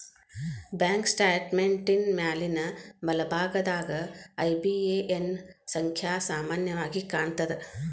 bank ಸ್ಟೇಟ್ಮೆಂಟಿನ್ ಮ್ಯಾಲಿನ್ ಬಲಭಾಗದಾಗ ಐ.ಬಿ.ಎ.ಎನ್ ಸಂಖ್ಯಾ ಸಾಮಾನ್ಯವಾಗಿ ಕಾಣ್ತದ